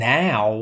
now